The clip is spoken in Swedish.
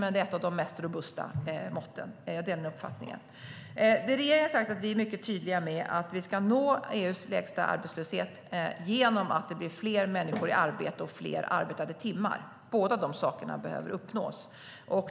Men jag delar uppfattningen att det är ett av de mest robusta måtten. Regeringen är mycket tydlig med att vi ska nå EU:s lägsta arbetslöshet genom att det blir fler människor i arbete och fler arbetade timmar. Båda de sakerna behöver uppnås.